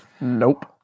Nope